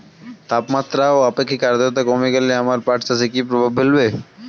তাপমাত্রা ও আপেক্ষিক আদ্রর্তা কমে গেলে আমার পাট চাষে কী প্রভাব ফেলবে?